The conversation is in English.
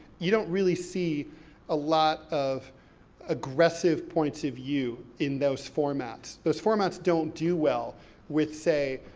you don't really see a lot of aggressive points of view in those formats. those formats don't do well with, say,